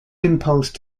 impulse